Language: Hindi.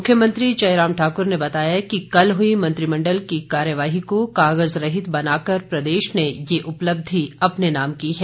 मुख्यमंत्री जयराम ठाकुर ने बताया कि कल हुई मंत्रिमंडल की कार्यवाही को कागज रहित बनाकर प्रदेश ने ये उपलब्धि अपने नाम की है